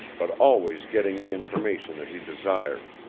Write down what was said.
but always getting the information that he desired.